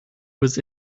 was